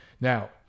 Now